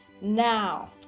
Now